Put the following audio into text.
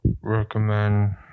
Recommend